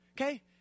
okay